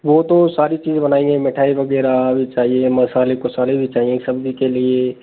वो तो सारी चीज बनाई हैं मिठाई वगैरह भी चाहिए मसाले कुसाले भी चाहिए सब्जी के लिए